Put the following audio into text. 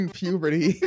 puberty